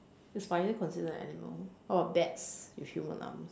is spider considered an animal how about bats with human arms